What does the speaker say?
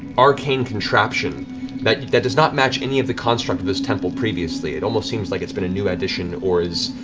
arcane contraption that that does not match any of the construct of this temple previously. it almost seems like it's been a new addition or is